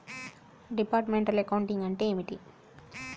Departmental accounting అంటే ఏమిటి?